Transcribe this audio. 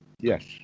Yes